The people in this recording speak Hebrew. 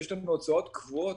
יש לנו הוצאות קבועות